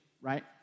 right